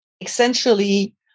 essentially